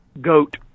Goat